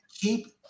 Keep